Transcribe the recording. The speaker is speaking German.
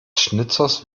schnitzers